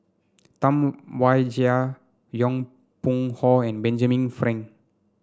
Tam Wai Jia Yong Pung Hong and Benjamin Frank